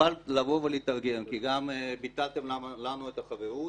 שתוכל לבוא ולהתארגן כי ביטלתם לנו את החברות,